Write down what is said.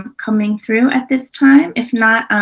coming through at this time. if not,